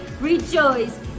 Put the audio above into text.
rejoice